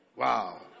Wow